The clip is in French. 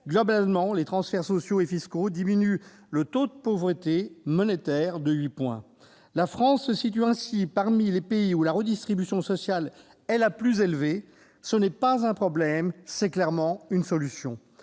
Globalement, les transferts sociaux et fiscaux diminuent le taux de pauvreté monétaire de huit points. La France se situe ainsi parmi les pays où la redistribution sociale est le plus élevée. Ce n'est pas un problème, c'est clairement une solution.